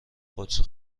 قدسی